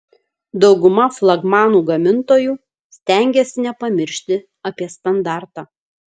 dauguma flagmanų gamintojų stengiasi nepamiršti apie standartą